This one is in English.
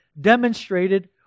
demonstrated